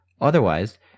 Otherwise